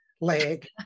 leg